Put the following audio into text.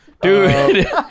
dude